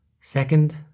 Second